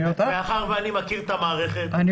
מאחר שאני מכיר את המערכת אז אני יודע.